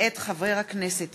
מאת חברי הכנסת